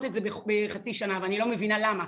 את זה בחצי שנה ואני לא מבינה למה.